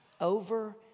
over